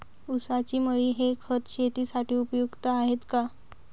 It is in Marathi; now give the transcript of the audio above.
ऊसाची मळी हे खत शेतीसाठी उपयुक्त आहे का?